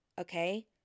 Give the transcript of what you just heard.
okay